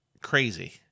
crazy